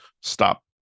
stop